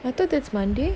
I thought that's monday